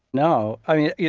no. i mean, yeah